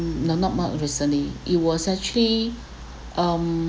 not not most recently it was actually um